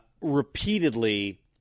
repeatedly